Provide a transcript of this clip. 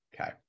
Okay